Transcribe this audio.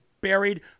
buried